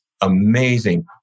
amazing